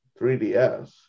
3DS